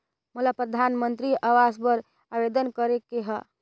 मोला परधानमंतरी आवास बर आवेदन करे के हा?